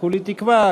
כולי תקווה,